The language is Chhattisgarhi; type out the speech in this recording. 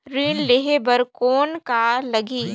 ऋण लेहे बर कौन का लगही?